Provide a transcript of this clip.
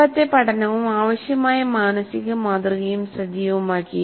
മുമ്പത്തെ പഠനവും ആവശ്യമായ മാനസിക മാതൃകയും സജീവമാക്കി